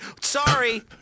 Sorry